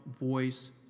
voice